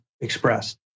expressed